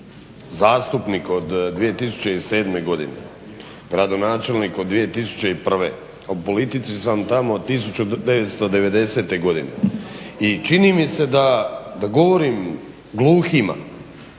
zastupnik od 2007. godine, gradonačelnik od 2001., a u politici sam tamo od 1990. godine i čini mi se da govorim gluhima.